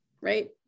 Right